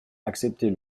acceptez